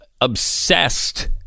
obsessed